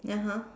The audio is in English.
(uh huh)